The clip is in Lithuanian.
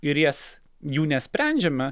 ir jas jų nesprendžiame